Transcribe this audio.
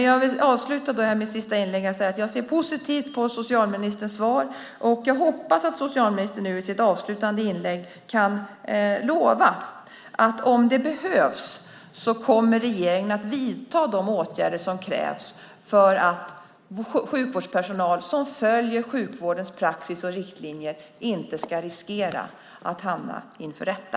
Jag vill avsluta mitt sista inlägg här med att säga att jag ser positivt på socialministerns svar. Jag hoppas att socialministern nu i sitt avslutande inlägg kan lova att om det behövs kommer regeringen att vidta de åtgärder som krävs för att sjukvårdspersonal som följer sjukvårdens praxis och riktlinjer inte ska riskera att hamna inför rätta.